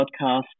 podcast